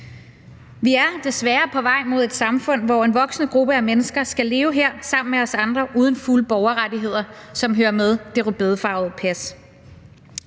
Vi er desværre på vej mod et samfund, hvor en voksende gruppe af mennesker skal leve her sammen med os andre uden fulde borgerrettigheder, som følger med det rødbedefarvede pas.